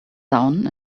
down